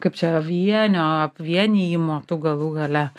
kaip čia vienio vienijimo tų galų gale